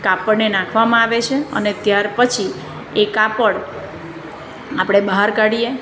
કાપડને નાખવામાં આવે છે અને ત્યાર પછી એ કાપડ આપણે બહાર કાઢીએ